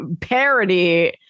parody